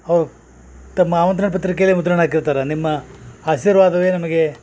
ಅವ ತಮ್ಮ ಆಮಂತ್ರಣ ಪತ್ರಿಕೆಲೆ ಮುದ್ರಣ ಹಾಕಿರ್ತರ ನಿಮ್ಮ ಆಶಿರ್ವಾದವೇ ನಮಗೆ